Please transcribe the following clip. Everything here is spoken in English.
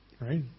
Right